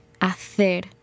Hacer